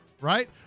right